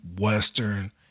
western